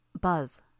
Buzz